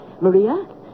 Maria